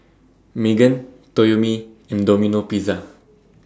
Megan Toyomi and Domino Pizza